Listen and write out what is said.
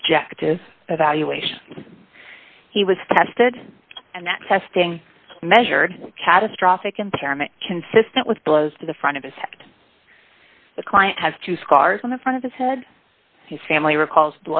objective evaluation he was tested and that testing measured catastrophic impairment consistent with blows to the front of his head the client has two scars on the front of his head his family recalls